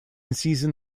season